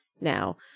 now